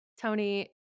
Tony